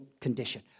condition